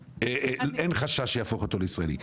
אין חשש שיהפוך אותו לישראלי.